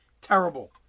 Terrible